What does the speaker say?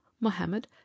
mohammed